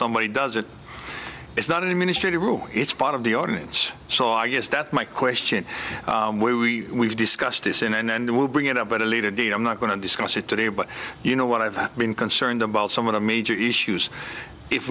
somebody does it it's not an administrative room it's part of the ordinance so i guess that's my question we discussed this in and we'll bring it up at a later date i'm not going to discuss it today but you know what i've been concerned about some of the major issues if